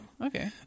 okay